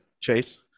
Chase